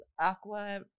aqua